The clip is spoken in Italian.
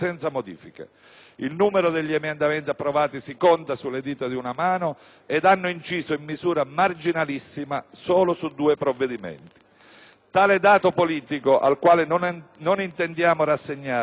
Il numero degli emendamenti approvati si conta sulle dita di una mano ed essi hanno inciso, in misura marginalissima, solo su due provvedimenti. Tale dato politico, al quale non intendiamo rassegnarci, assume